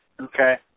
okay